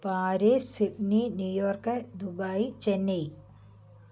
Paris Sydney New York Dubai Chennai